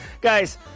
guys